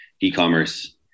e-commerce